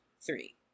three